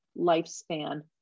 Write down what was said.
lifespan